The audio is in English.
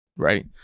Right